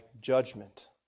judgment